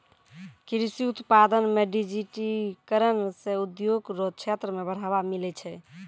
कृषि उत्पादन मे डिजिटिकरण से उद्योग रो क्षेत्र मे बढ़ावा मिलै छै